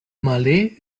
malé